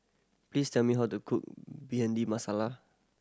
please tell me how to cook Bhindi Masala